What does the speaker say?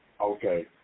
Okay